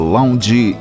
Lounge